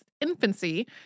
infancy